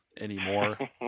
anymore